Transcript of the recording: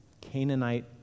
Canaanite